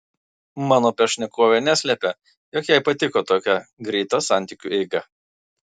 mano pašnekovė neslepia jog jai patiko tokia greita santykiu eiga